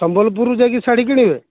ସମ୍ବଲପୁର ଯାଇକି ଶାଢ଼ୀ କିଣିବେ